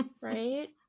right